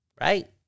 Right